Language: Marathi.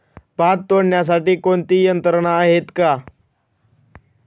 भात तोडण्यासाठी कोणती यंत्रणा आहेत का?